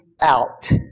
out